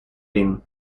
bin